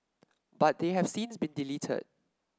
but they have since been deleted